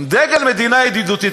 דגל מדינה ידידותית,